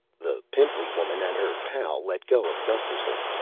the pimply woman and her pal let go of gusterson,